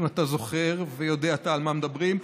אם אתה זוכר ויודע על מה מדברים,